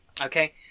Okay